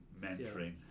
mentoring